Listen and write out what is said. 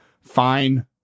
fine